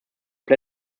die